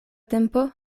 tempo